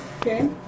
Okay